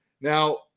Now –